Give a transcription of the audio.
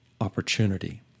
opportunity